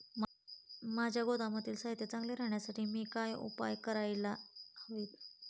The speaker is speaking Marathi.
माझ्या गोदामातील साहित्य चांगले राहण्यासाठी मी काय उपाय काय करायला हवेत?